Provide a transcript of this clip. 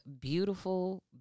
beautiful